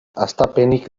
hastapenetik